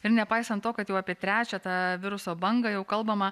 ir nepaisant to kad jau apie trečią tą viruso bangą jau kalbama